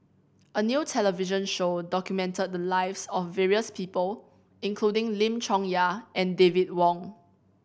a new television show documented the lives of various people including Lim Chong Yah and David Wong